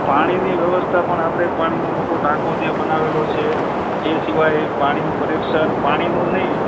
પાણીની વ્યવસ્થા પણ આપણે પાણીનો મોટો ટાંકો ત્યાં બનાવેલો છે એ સિવાય પાણીનું કનેક્શન પાણીનું નહીં